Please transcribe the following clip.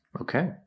Okay